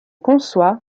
conçoit